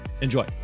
Enjoy